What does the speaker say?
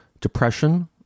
depression